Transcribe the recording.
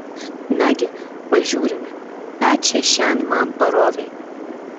nagi pažiūrime ką čia šian man parovei